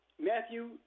Matthew